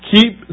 Keep